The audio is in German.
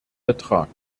betrag